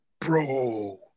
bro